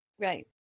Right